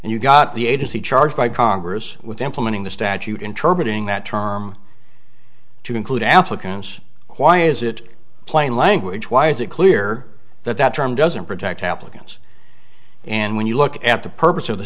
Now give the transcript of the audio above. and you've got the agency charged by congress with implementing the statute inter meeting that term to include applicants why is it plain language why is it clear that that term doesn't protect applicants and when you look at the purpose of the